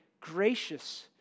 gracious